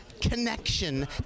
Connection